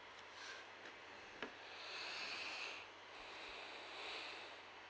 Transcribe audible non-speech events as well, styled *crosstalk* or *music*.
*breath* *breath*